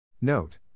Note